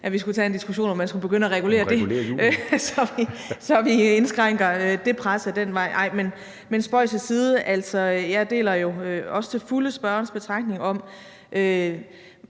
at vi skulle tage en diskussion om, om man skulle begynde at regulere det, så vi indskrænker det pres ad den vej. Men spøg til side. Altså, jeg deler jo også til fulde spørgerens betragtning om,